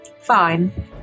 Fine